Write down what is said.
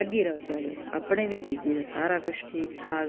लग्गी रौह्चै ते अपने बी सारा कुछ ठीक ठाक